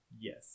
Yes